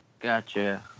Gotcha